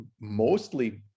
mostly